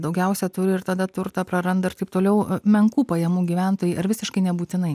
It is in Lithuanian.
daugiausia turi ir tada turtą praranda ir taip toliau m menkų pajamų gyventojai ar visiškai nebūtinai